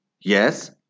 yes